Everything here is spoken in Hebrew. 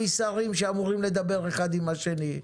משרים שאמורים לדבר אחד עם השני.